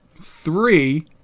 three